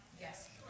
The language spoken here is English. Yes